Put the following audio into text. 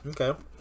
Okay